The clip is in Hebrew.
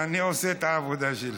אני עושה את העבודה שלי.